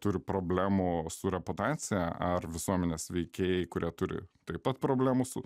turi problemų su reputacija ar visuomenės veikėjai kurie turi taip pat problemų su